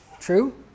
True